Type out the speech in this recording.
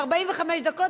45 דקות,